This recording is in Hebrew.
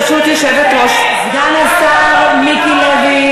סגן השר מיקי לוי.